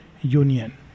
union